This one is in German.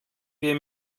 wir